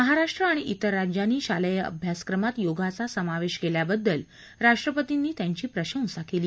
महाराष्ट्र आणि विर राज्यांनी शालेय अभ्यासक्रमात योगाचा समावेश केल्याबद्दल राष्ट्रपतींनी त्यांची प्रशंसा केली